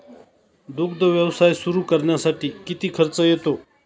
दुग्ध व्यवसाय सुरू करण्यासाठी किती खर्च येतो?